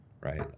right